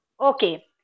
Okay